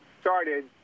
started